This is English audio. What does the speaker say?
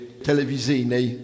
telewizyjnej